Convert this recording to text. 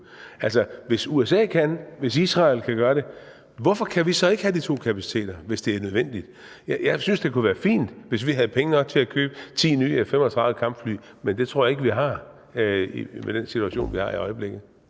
Hvis USA kan, hvis Israel kan gøre det, hvorfor kan vi så ikke have de to kapaciteter, hvis det er nødvendigt? Jeg synes, det kunne være fint, hvis vi havde penge nok til at købe 10 nye F-35-kampfly, men det tror jeg ikke vi har med den situation, vi har i øjeblikket.